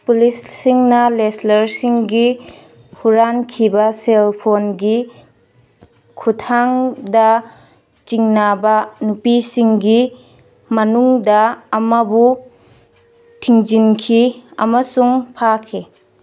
ꯄꯨꯂꯤꯁꯁꯤꯡꯅ ꯔꯦꯁꯂꯔꯁꯤꯡꯒꯤ ꯍꯨꯔꯥꯟꯈꯤꯕ ꯁꯦꯜꯐꯣꯟꯒꯤ ꯈꯨꯊꯥꯡꯗ ꯆꯤꯡꯅꯕ ꯅꯨꯄꯤꯁꯤꯡꯒꯤ ꯃꯅꯨꯡꯗ ꯑꯃꯕꯨ ꯊꯤꯡꯖꯤꯟꯈꯤ ꯑꯃꯁꯨꯡ ꯐꯥꯈꯤ